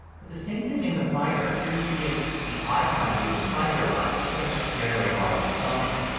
but the same thing in the finder. if you're using the icon view in the finder a lot it's going to have to generate a lot of these thumbnails.